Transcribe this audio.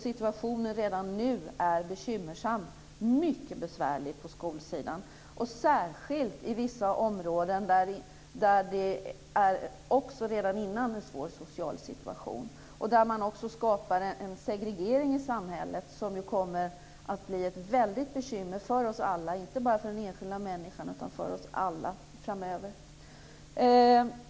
Situationen är redan nu bekymmersam och mycket besvärlig på skolsidan, särskilt i vissa områden där det också redan innan är en svår social situation och där man skapar en social segregering som kommer att bli ett väldigt bekymmer för oss alla - inte bara för den enskilda människan, utan för oss alla framöver.